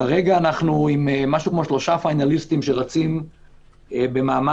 כרגע אנחנו עם שלושה פיינליסטים שרצים במאמץ